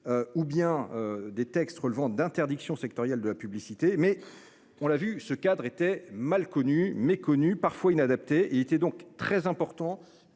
Ou bien des textes, relevant d'interdictions sectorielles de la publicité mais on l'a vu ce cadre était mal connu, méconnu parfois inadapté était donc très important